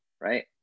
right